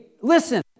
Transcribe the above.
Listen